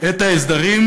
את ההסדרים